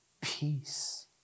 Peace